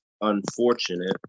unfortunate